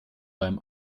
beim